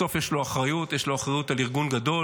בסוף יש לו אחריות, יש לו אחריות על ארגון גדול.